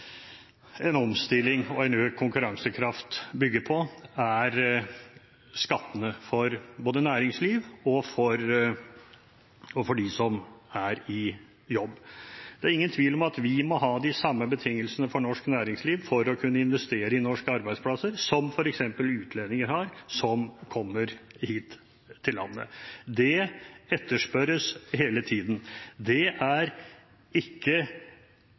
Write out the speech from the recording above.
en omstilling og en økt konkurransekraft bygger på, er skattene for både næringslivet og dem som er i jobb. Det er ingen tvil om at vi må ha de samme betingelsene for norsk næringsliv for å kunne investere i norske arbeidsplasser som f.eks. utlendinger har som kommer hit til landet. Det etterspørres hele tiden. Det er ikke